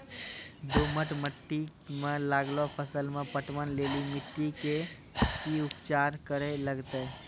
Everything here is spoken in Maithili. दोमट मिट्टी मे लागलो फसल मे पटवन लेली मिट्टी के की उपचार करे लगते?